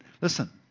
listen